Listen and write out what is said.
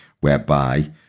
whereby